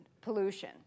pollution